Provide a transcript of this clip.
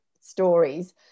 stories